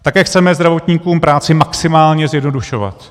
Také chceme zdravotníkům práci maximálně zjednodušovat.